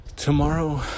Tomorrow